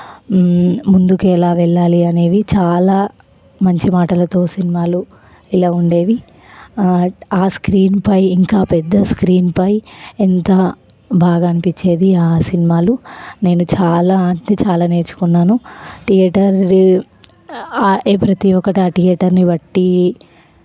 ముందుకు ఎలా వెళ్ళాలి అనేవి చాలా మంచి మాటలతో సినిమాలు ఇలా ఉండేవి ఆ స్క్రీన్పై ఇంకా పెద్ద స్క్రీన్పై ఎంత బాగా అనిపించేది ఆ సినిమాలు నేను చాలా అంటే చాలా నేర్చుకున్నాను థియేటర్ ప్రతీ ఒక్కటి ఆ థియేయేటర్ని బట్టి